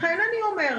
לכן אני אומרת,